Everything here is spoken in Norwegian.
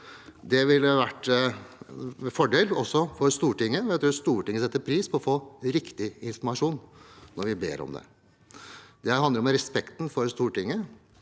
Det ville vært en fordel også for Stortinget, for jeg tror Stortinget setter pris på å få riktig informasjon når vi ber om det. Det handler om respekten for Stortinget,